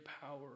power